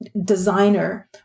designer